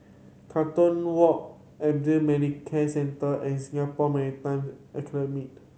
Carlton Walk Medicare Centre and Singapore Maritime